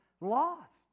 lost